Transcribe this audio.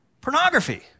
Pornography